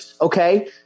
Okay